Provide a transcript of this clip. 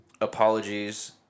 apologies